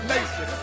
Nation